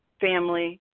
family